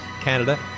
Canada